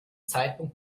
zeitpunkt